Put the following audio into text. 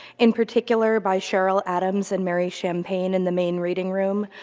in particular by cheryl adams and mary champagne in the main reading room,